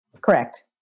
Correct